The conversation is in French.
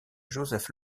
joseph